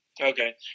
Okay